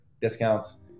discounts